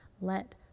Let